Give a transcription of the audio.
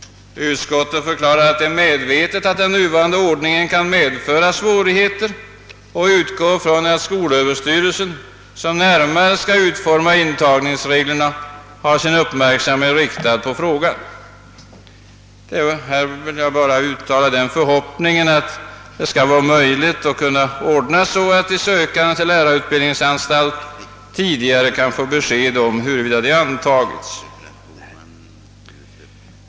Utskottet är medvetet om att den nuvarande ordningen kan medföra svårigheter och förutsätter att skolöverstyrelsen, som närmare skall utforma intagningsreglerna, har sin uppmärksamhet riktad på frågan. Det är min förhoppning att det skall gå att ordna så att de sökande till lärarutbildningsanstalt tidigare kan få besked om huruvida de antagits.